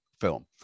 film